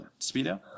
Speedo